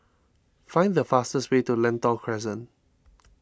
find the fastest way to Lentor Crescent